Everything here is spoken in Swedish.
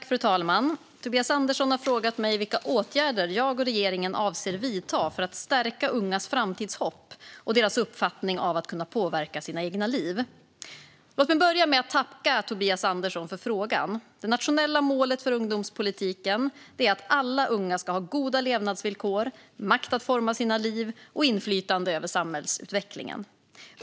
Fru talman! Tobias Andersson har frågat mig vilka åtgärder jag och regeringen avser att vidta för att stärka ungas framtidshopp och deras uppfattning av att kunna påverka sina egna liv. Låt mig börja med att tacka Tobias Andersson för frågan. Det nationella målet för ungdomspolitiken är att alla unga ska ha goda levnadsvillkor, makt att forma sina liv och inflytande över samhällsutvecklingen.